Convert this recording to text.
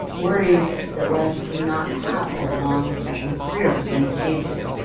worry that les would not have a long professional career with many stages,